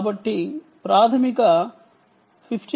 కాబట్టి ప్రాథమిక 15